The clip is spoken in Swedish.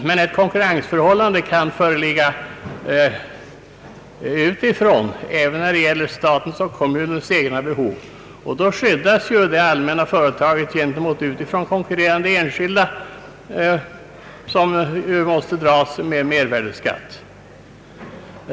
Men ett konkurrensförhållande kan föreligga utifrån även när det gäller statens och kommunens egna behov. Då skyddas det allmänna företaget gentemot utifrån konkurrerande enskilda, som måste dras med mervärdeskatt.